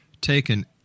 taken